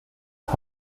und